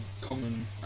common